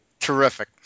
Terrific